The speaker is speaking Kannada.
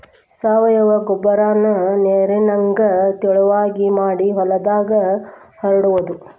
ಸಾವಯುವ ಗೊಬ್ಬರಾನ ನೇರಿನಂಗ ತಿಳುವಗೆ ಮಾಡಿ ಹೊಲದಾಗ ಹರಡುದು